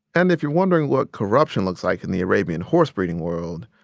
and if you're wondering what corruption looks like in the arabian-horse-breeding world,